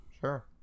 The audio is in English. Sure